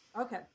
Okay